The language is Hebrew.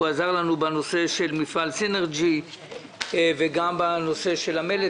הוא עזר לנו בנושא של מפעל סינרג'י ובנושא של המלט.